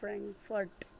Frankfurt